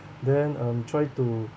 then um try to